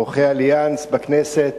אורחי "אליאנס" בכנסת,